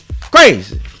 Crazy